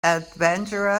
adventurer